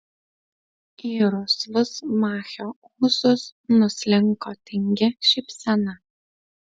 į rusvus machio ūsus nuslinko tingi šypsena